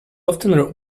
often